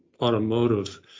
automotive